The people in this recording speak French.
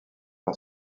par